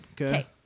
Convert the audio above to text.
Okay